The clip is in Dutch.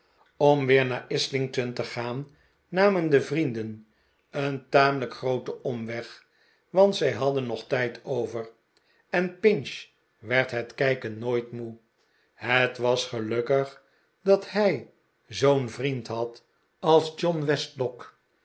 om weer naar islington te gaan namen i i een genoeglijke avond de vrienden een tamelijk grooten omweg want zij hadden nog tijd over en pinch werd het kijken nooit moe het was gelukkig dat hij zoo'n vriend had als john